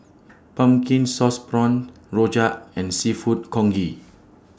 Pumpkin Sauce Prawns Rojak and Seafood Congee